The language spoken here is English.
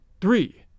three